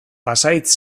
pasahitz